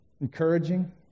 encouraging